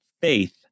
faith